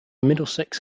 middlesex